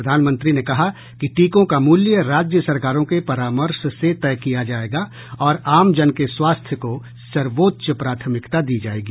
प्रधानमंत्री ने कहा कि टीकों का मूल्य राज्य सरकारों के परामर्श से तय किया जायेगा और आमजन के स्वास्थ्य को सर्वोच्च प्राथमिकता दी जायेगी